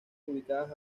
ubicadas